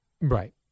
right